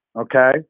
Okay